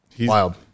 wild